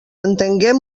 entenguem